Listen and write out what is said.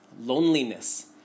Loneliness